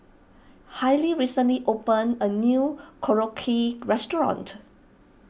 Hailey recently opened a new Korokke restaurant